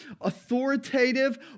authoritative